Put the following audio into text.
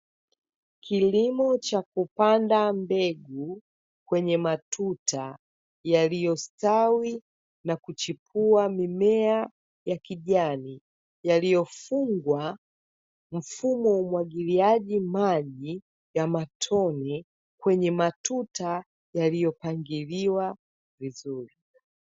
Kilimo cha kupanda mbegu kwenye matuta yaliyostawi na kuchipua mimea ya kijani, yaliyofungwa mfumo wa umwagiliaji maji ya matone, kwenye matuta yaliyopangiliwa vizuri.